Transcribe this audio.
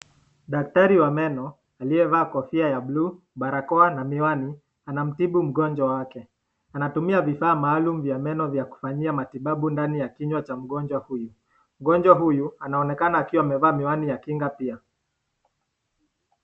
Daktari wa meno, aliyevaa kofia ya blue ,barakoa na miwani anamtibu mgonjwa wake, anatumia vifaa maalaum vya meno vya kufanyia matibabu ndani ya kinywa cha mgonjwa huyu. Mgonjwa huyu anaonekana akiwa amevaa miwani ya kinga pia.